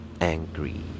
angry